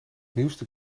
nieuwste